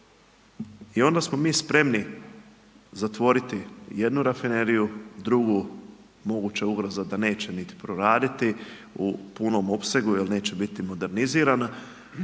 I onda smo mi spremni zatvoriti jednu rafineriju, drugu moguća ugroza da neće niti proraditi u punom opsegu jer neće biti modernizirana.